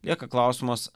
lieka klausimas